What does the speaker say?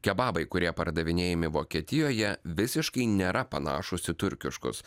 kebabai kurie pardavinėjami vokietijoje visiškai nėra panašūs į turkiškus